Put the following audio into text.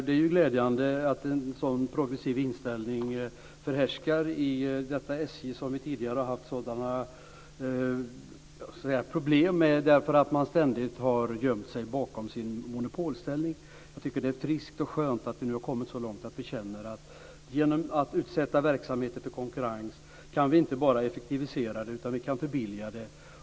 Det är glädjande att en sådan progressiv inställning förhärskar i det SJ som vi tidigare har haft sådana problem med därför att man ständigt har gömt sig bakom sin monopolställning. Jag tycker att det är friskt och skönt att vi nu har kommit så långt att vi genom att utsätta verksamheter för konkurrens inte bara kan effektivisera dem utan även förbilliga dem.